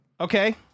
Okay